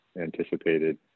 anticipated